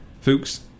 Fuchs